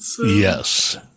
Yes